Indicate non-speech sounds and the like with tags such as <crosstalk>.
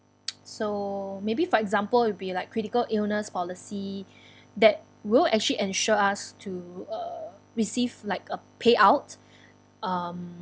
<noise> so maybe for example would be like critical illness policy <breath> that will actually ensure us to uh receive like a payout um